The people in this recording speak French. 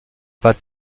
pas